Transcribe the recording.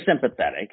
sympathetic